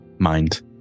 mind